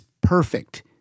perfect